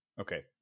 Okay